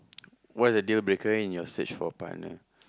what is the dealbreaker in your search for a partner